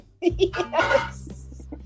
yes